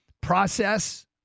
process